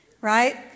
right